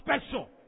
special